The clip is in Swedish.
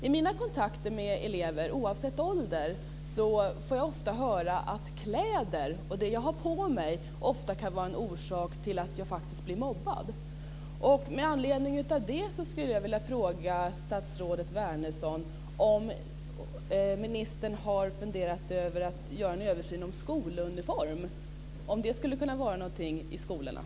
I mina kontakter med elever, oavsett ålder, får jag ofta höra att kläder, det jag har på mig, kan vara orsak till att jag blir mobbad.